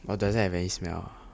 but doesn't have any smell ah